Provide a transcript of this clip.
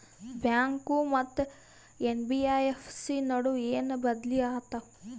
Bank ಮತ್ತ NBFC ನಡುವ ಏನ ಬದಲಿ ಆತವ?